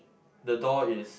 the door is